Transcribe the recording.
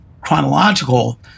chronological